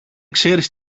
ξέρεις